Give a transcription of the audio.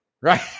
right